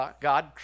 God